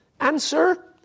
Answer